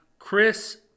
Chris